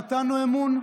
נתנו אמון,